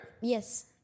Yes